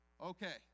Okay